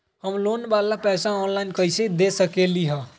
हम लोन वाला पैसा ऑनलाइन कईसे दे सकेलि ह?